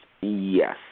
Yes